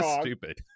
stupid